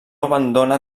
abandona